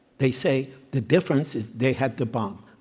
they say the difference is they had the bomb.